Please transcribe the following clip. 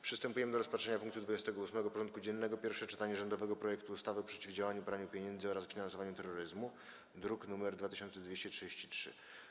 Przystępujemy do rozpatrzenia punktu 28. porządku dziennego: Pierwsze czytanie rządowego projektu ustawy o przeciwdziałaniu praniu pieniędzy oraz finansowaniu terroryzmu (druk nr 2233)